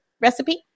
recipe